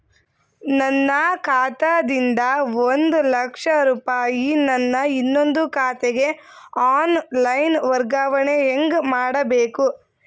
ನನ್ನ ಖಾತಾ ದಿಂದ ಒಂದ ಲಕ್ಷ ರೂಪಾಯಿ ನನ್ನ ಇನ್ನೊಂದು ಖಾತೆಗೆ ಆನ್ ಲೈನ್ ವರ್ಗಾವಣೆ ಹೆಂಗ ಮಾಡಬೇಕು?